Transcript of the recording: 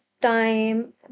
time